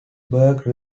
burke